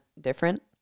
different